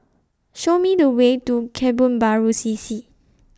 Show Me The Way to Kebun Baru C C